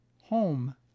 home